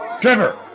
Trevor